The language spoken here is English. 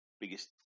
biggest